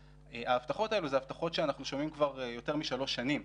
ההבטחות האלה זה הבטחות שאנחנו שומעים כבר יותר משלוש שנים,